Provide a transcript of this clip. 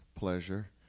pleasure